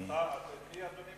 את מי אדוני מחליף?